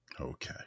Okay